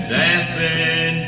dancing